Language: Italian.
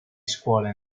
scuole